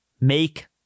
Make